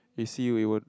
we see Wei-Wen